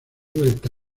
vuelta